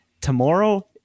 Tomorrow